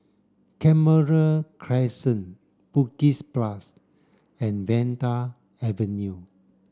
Canberra Crescent Bugis Plus and Vanda Avenue